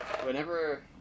whenever